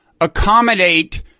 accommodate